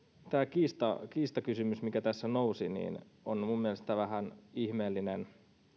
kiistakysymys mikä tässä nousi vain on minun mielestäni vähän ihmeellinen